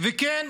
--- של הרוגים.